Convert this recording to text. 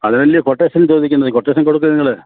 അതിനലേ quotation ചോദിക്കുന്നത് quotation കൊടുക്ക് നിങ്ങള്